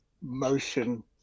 motion